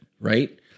Right